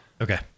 Okay